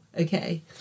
okay